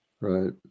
right